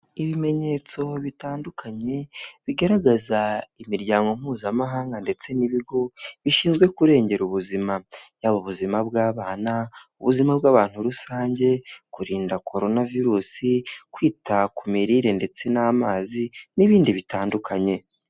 Ibimenyetso bitandukanye, bigaragaza imiryango mpuzamahanga ndetse n'ibigo bishinzwe kurengera ubuzima. Yaba ubuzima bw'abana, ubuzima bw'abantu rusange, kurinda korona virusi, kwita ku mirire ndetse n'amazi, n'ibindi bitandukanye.